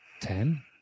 ten